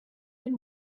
den